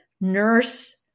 nurse